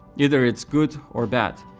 either it's good or bad.